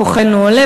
כוחנו עולה,